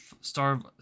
starve